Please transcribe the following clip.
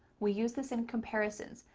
we use this in comparisons.